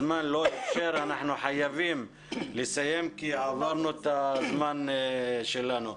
הזמן לא אפשר אנחנו חייבים לסיים כי עברנו את הזמן שלנו.